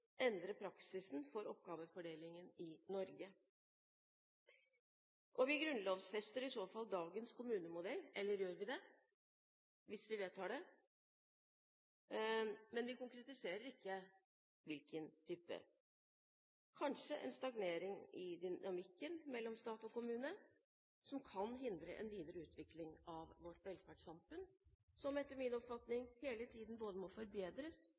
endre praksisen for oppgavefordelingen i Norge. Hvis vi vedtar det, grunnlovfester vi i så fall dagens kommunemodell – eller gjør vi det? Men vi konkretiserer ikke hvilken type – kanskje en stagnering i dynamikken mellom stat og kommune som kan hindre en videre utvikling av vårt velferdssamfunn, som etter min oppfatning hele tiden både må forbedres